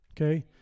okay